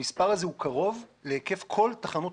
המספר הזה הוא קרוב להיקף כל תחנות